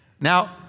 Now